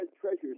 treasures